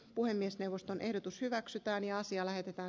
puhemiesneuvoston ehdotus hyväksytään ja asia lähetetään